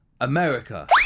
America